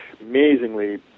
amazingly